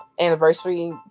anniversary